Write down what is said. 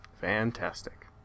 fantastic